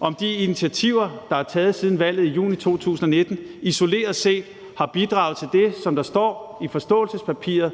om de initiativer, der er taget siden valget i juni 2019, isoleret set har bidraget til det, som står i forståelsespapiret